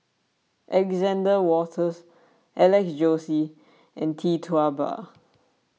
Alexander Wolters Alex Josey and Tee Tua Ba